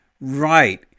Right